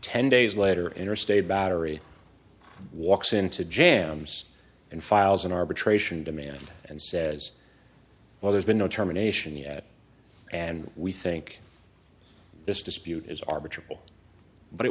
ten days later interstate battery walks into jams and files an arbitration demand and says well there's been no terminations the at and we think this dispute is arbitrary but it